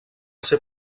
ser